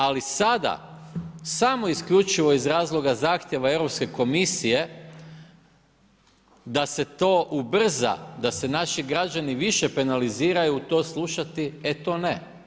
Ali sada, samo isključivo iz razloga zahtjeva Europske komisije da se to ubrza, da se naši građani više penaliziraju to slušati e to ne.